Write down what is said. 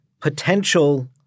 potential